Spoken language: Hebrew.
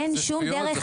זה חלק מאוד קטן מהפרויקט.